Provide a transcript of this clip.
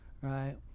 Right